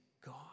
God